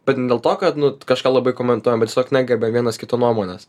bet ne dėl to kad nu kažką labai komentuojam tiesiog negerbiam vienas kito nuomonės